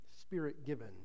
spirit-given